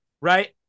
Right